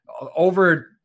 over